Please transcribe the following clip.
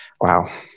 wow